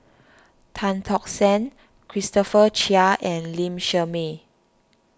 Tan Tock San Christopher Chia and Lee Shermay